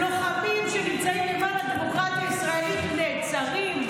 לוחמים שנמצאים למען הדמוקרטיה הישראלית נעצרים,